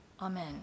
Amen